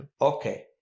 Okay